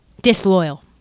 disloyal